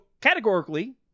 categorically